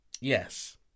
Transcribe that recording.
Yes